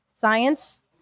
science